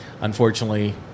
unfortunately